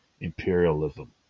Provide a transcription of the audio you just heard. imperialism